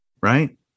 right